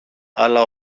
αλλά